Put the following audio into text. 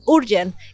urgent